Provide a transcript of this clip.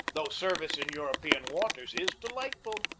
though service in european waters is delightful,